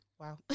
wow